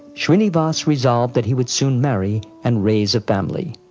shrinivas resolved that he would soon marry and raise a family.